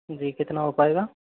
जी कितना हो पाएगा